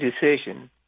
decision